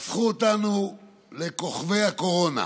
הפכו אותנו לכוכבי הקורונה